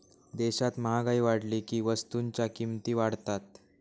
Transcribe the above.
देशात महागाई वाढली की वस्तूंच्या किमती वाढतात